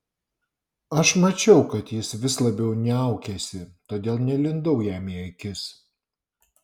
aš mačiau kad jis vis labiau niaukiasi todėl nelindau jam į akis